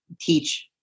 teach